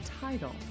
title